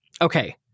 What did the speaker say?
Okay